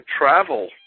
travel